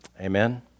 Amen